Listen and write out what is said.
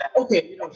okay